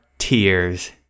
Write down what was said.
tears